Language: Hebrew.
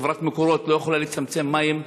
חברת מקורות לא יכולה לצמצמם מים,